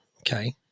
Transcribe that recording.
okay